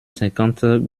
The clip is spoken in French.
cinquante